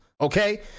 Okay